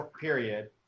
period